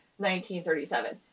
1937